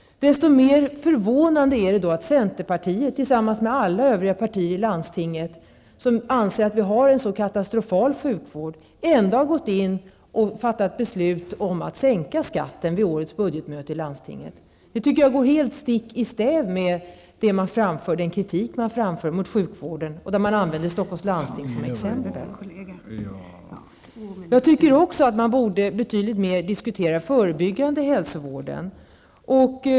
Därför är det förvånande att centerpartiet tillsammans med alla andra partier i landstinget, som anser att sjukvården är så katastrofal, ändå under landstingets budgetmöte har gått med på att fatta beslut om att sänka skatten. Det går helt stick i stäv med den kritik som man framför mot sjukvården och det sätt på vilket man använder Stockholms landsting som exempel. Man borde betydligt mer diskutera den förebyggande hälsovården.